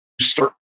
start